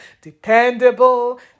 dependable